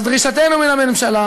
אז דרישתנו מן הממשלה